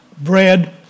bread